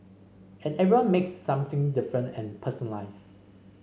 and everyone makes something different and personalised